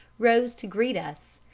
rose to greet us,